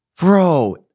Bro